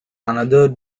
another